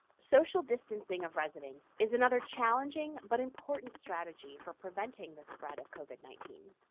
social distancing of residents is another challenging but important strategy for preventing the spread of covid nineteen.